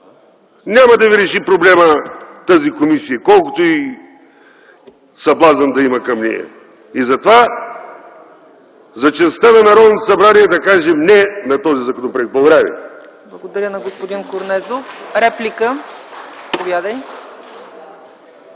Няма да ви реши проблема тази комисия, колкото и съблазън да има към нея. Затова, за честта на Народното събрание, да кажем „не” на този законопроект. Благодаря.